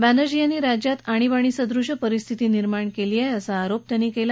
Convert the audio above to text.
बॅनर्जी यांनी राज्यात आणिबाणी सदृश परिस्थिती निर्माण केली आहे असा आरोप त्यांनी केला